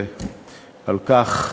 ועל כך,